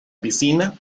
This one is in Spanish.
piscina